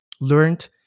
learned